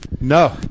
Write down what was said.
No